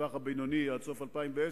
הטווח הבינוני עד סוף 2010,